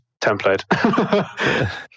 template